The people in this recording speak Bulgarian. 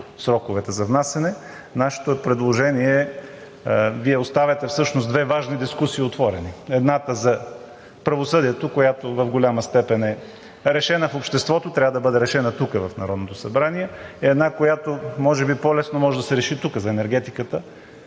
сроковете за внасяне. Вие оставяте всъщност две важни дискусии отворени. Едната за правосъдието, която в голяма степен е решена в обществото, трябва да бъде решена тук, в Народното събрание. Една, която може би по-лесно може да се реши тук – за енергетиката,